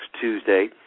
tuesday